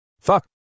Fuck